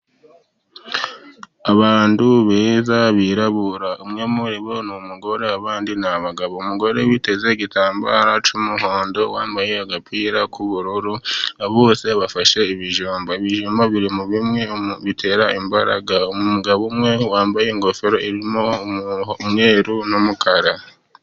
Abantu beza birarabura umwe muribo ni umugore abandi ni abagabo. Umugore witeze igitambaro cy'umuhondo wambaye agapira k'ubururu, bose bafashe ibijumba. Ibijumba biri muri bimwe bitera imbaraga. Umugabo umwe wambaye ingofero irimo umweru n'umukara.